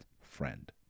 friend